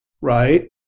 right